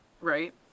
Right